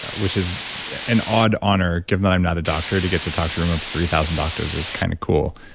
which is an odd honor. given that i'm not a doctor, to get to talk to a room of three thousand doctors is kind of cool.